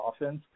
offense